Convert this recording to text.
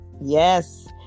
yes